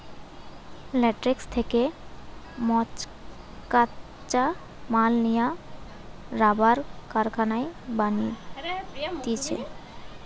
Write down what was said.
latex থেকে মকাঁচা মাল লিয়া রাবার কারখানায় বানাতিছে